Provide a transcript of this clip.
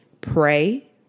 pray